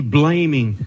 blaming